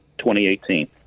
2018